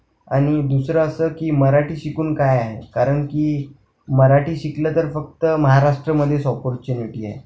आणि दुसरं असं की मराठी शिकून काय आहे कारण की मराठी शिकलं तर फक्त महाराष्ट्रामध्येच अपॉर्च्युनिटी आहे